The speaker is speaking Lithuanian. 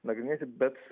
nagrinėti bet